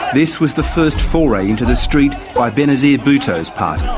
this was the first foray into the street by benazir bhutto's party. the